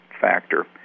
factor